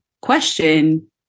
question